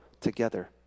together